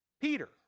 Peter